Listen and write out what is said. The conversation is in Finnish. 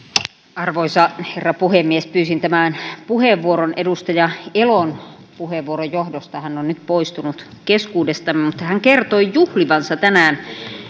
arvoisa herra puhemies pyysin tämän puheenvuoron edustaja elon puheenvuoron johdosta hän on nyt poistunut keskuudestamme mutta kun hän kertoi juhlivansa tänään